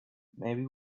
maybe